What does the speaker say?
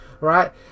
right